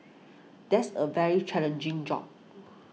that's a very challenging job